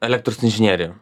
elektros inžinerija